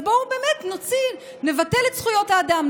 אז בואו באמת נוציא נבטל את זכויות האדם,